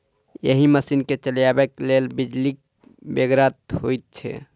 एहि मशीन के चलयबाक लेल बिजलीक बेगरता होइत छै